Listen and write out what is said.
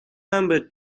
number